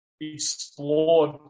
explored